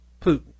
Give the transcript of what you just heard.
putin